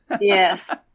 Yes